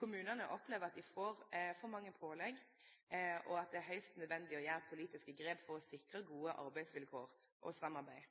Kommunane opplever at dei får for mange pålegg, og at det er høgst nødvendig å gjere politiske grep for å sikre gode arbeidsvilkår og samarbeid.